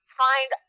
find